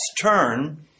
turn